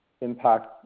impact